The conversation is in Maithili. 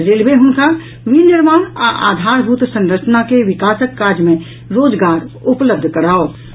रेलवे हुनका विनिर्माण आ आधारभूत संरचना के विकासक काज मे रोजगार उपलब्ध कराओत